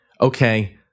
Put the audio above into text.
Okay